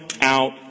out